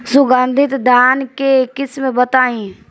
सुगंधित धान के किस्म बताई?